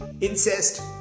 incest